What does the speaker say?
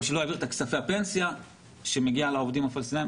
או לא העביר את כספי הפנסיה שמגיעים לעובדים הפלסטיניים.